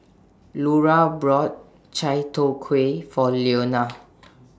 Lura bought Chai Tow Kway For Leona